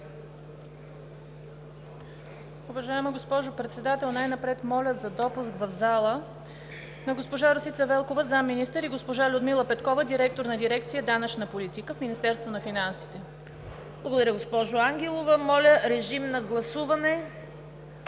Благодаря, госпожо Ангелова. Моля, режим на гласуване